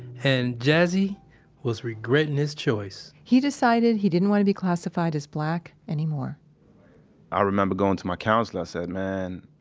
and jassy was regretting his choice he decided he didn't want to be classified as black anymore i remember going to my counselor. i said, man,